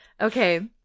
okay